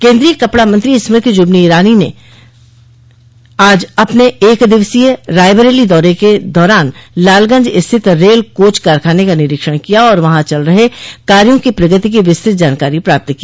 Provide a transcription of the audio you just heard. केन्द्रीय कपड़ा मंत्री स्मृति जुबिन ईरानी ने आज अपने एक दिवसीय रायबरेली दौरे के दौरान लालगंज स्थित रेल कोच कारखानें का निरीक्षण किया और वहां चल रहे कार्यो की प्रगति की विस्तृत जानकारी प्राप्त की